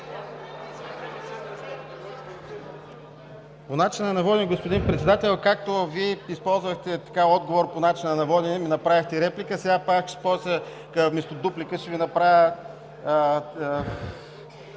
По начина на водене, господин Председател. Както Вие използвахте отговор по начина на водене и ми направихте реплика, сега аз вместо дуплика ще Ви направя